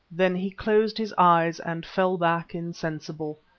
then he closed his eyes and fell back insensible.